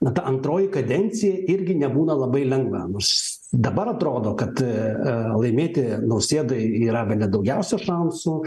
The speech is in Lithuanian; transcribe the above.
na ta antroji kadencija irgi nebūna labai lengva nors dabar atrodo kad laimėti nausėdai yra bene daugiausia šansų